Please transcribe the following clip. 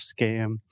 scam